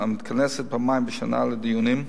המתכנסת פעמיים בשנה לדיונים,